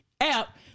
app